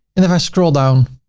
and if i scroll down,